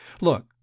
Look